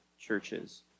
churches